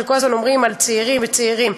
כל הזמן אומרים על צעירים וצעירים,